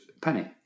Penny